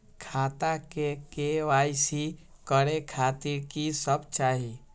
खाता के के.वाई.सी करे खातिर की सब चाही?